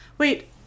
Wait